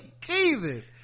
Jesus